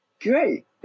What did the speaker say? Great